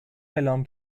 اعلام